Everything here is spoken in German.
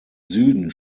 süden